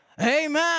Amen